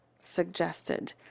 suggested